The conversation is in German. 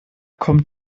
kommt